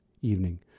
evening